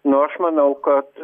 nu aš manau kad